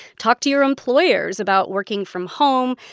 talk to your employers about working from home.